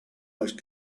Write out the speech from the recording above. most